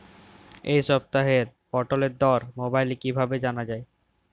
এই সপ্তাহের পটলের দর মোবাইলে কিভাবে জানা যায়?